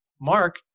Mark